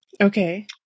Okay